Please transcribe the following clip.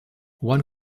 one